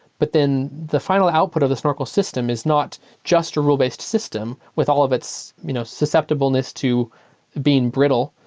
but then the final output of the snorkel system is not just a rule-based system with all of its you know susceptibleness to being brittle,